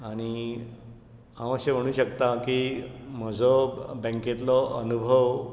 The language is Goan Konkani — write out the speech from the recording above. आनी हांव अशें म्हणूं शकतां की म्हजो बँकेतलो अनुभव